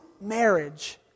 marriage